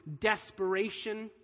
desperation